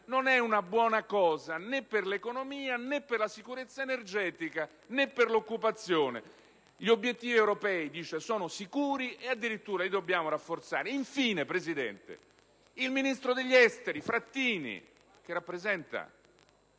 non è una buona cosa, né per l'economia, né per la sicurezza energetica, né per l'occupazione. Gli obiettivi europei" - dice - "sono sicuri e addirittura li dobbiamo rafforzare". Infine, Presidente, il ministro degli affari esteri Frattini - che rappresenta